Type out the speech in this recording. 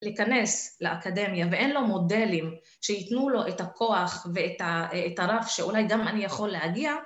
להכינס לאקדמיה, ואין לו מודלים שייתנו לו את הכוח ואת הרף שאולי גם אני יכול להגיע.